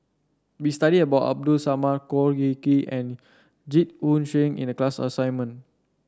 we studied about Abdul Samad Khor Ean Ghee and Jit Koon Ch'ng in the class assignment